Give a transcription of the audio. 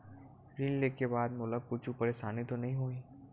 ऋण लेके बाद मोला कुछु परेशानी तो नहीं होही?